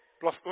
plus